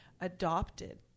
adopted